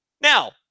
Now